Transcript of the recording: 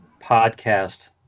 podcast